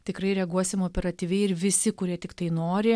tikrai reaguosim operatyviai ir visi kurie tiktai nori